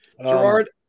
Gerard